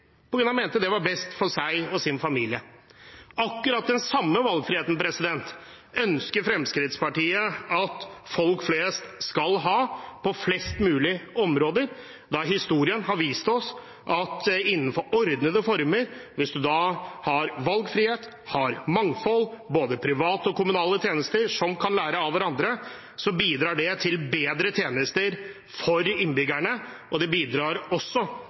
mente det var best for seg og sin familie. Akkurat den samme valgfriheten ønsker Fremskrittspartiet at folk flest skal ha på flest mulig områder. Historien har vist oss at hvis man innenfor ordnende former har valgfrihet, mangfold og både private og kommunale tjenester som kan lære av hverandre, bidrar det til bedre tjenester for innbyggerne, og det bidrar også